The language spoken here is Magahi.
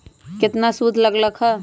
केतना सूद लग लक ह?